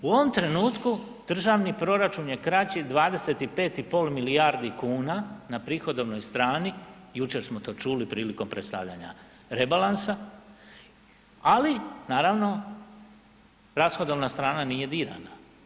U ovom trenutku državni proračun je kraći 25,5 milijardi kuna na prihodovnoj strani, jučer smo to čuli prilikom predstavljanja rebalansa ali naravno, rashodovna strana nije dirana.